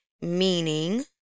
meaning